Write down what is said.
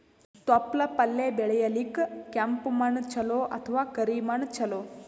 ತೊಪ್ಲಪಲ್ಯ ಬೆಳೆಯಲಿಕ ಕೆಂಪು ಮಣ್ಣು ಚಲೋ ಅಥವ ಕರಿ ಮಣ್ಣು ಚಲೋ?